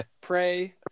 pray